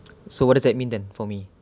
so what does that mean then for me